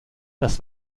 das